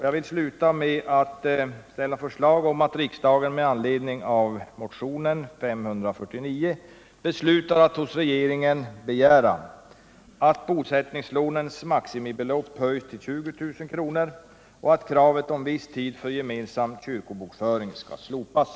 Jag vill sluta med att lägga fram ett förslag att riksdagen med anledning av motionen 1977/78:549 beslutar hos regeringen begära 2. att kravet om viss tid för gemensam kyrkobokföring skall slopas.